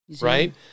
Right